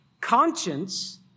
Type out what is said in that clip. Conscience